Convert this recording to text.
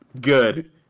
Good